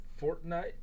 Fortnite